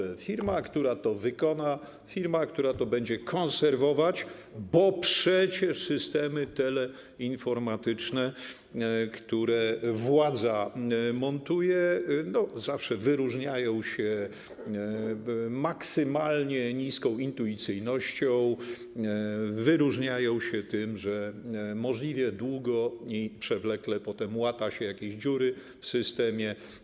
Chodzi o firmę, która to wykona, firmę, która to będzie konserwować, bo przecież systemy teleinformatyczne, które montuje władza, zawsze wyróżniają się maksymalnie niską intuicyjnością, wyróżniają się tym, że możliwie długo i przewlekle potem łata się jakieś dziury w systemie.